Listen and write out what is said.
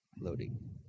Loading